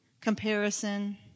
comparison